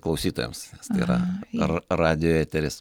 klausytojams nes tai yra r radijo eteris